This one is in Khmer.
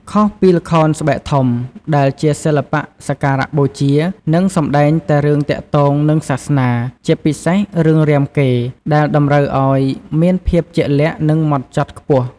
ខុសពីល្ខោនស្បែកធំ ដែលជាសិល្បៈសក្ការៈបូជា និងសម្តែងតែរឿងទាក់ទងនឹងសាសនា ជាពិសេសរឿងរាមកេរ្តិ៍ ដែលតម្រូវឱ្យមានភាពជាក់លាក់ និងហ្មត់ចត់ខ្ពស់ ។